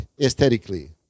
aesthetically